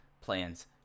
plans